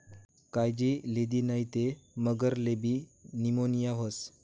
कायजी लिदी नै ते मगरलेबी नीमोनीया व्हस